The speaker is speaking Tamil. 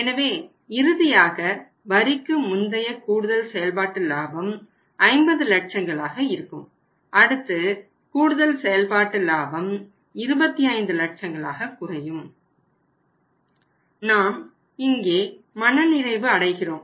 எனவே இறுதியாக வரிக்கு முந்தைய கூடுதல் செயல்பாட்டு லாபம் 50 லட்சங்கள் ஆக இருக்கும் அடுத்து கூடுதல் செயல்பாட்டு லாபம் 25 லட்சங்களாக குறையும் நாம் இங்கே மனநிறைவு அடைகிறோம்